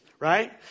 Right